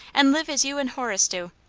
and live as you and horace do.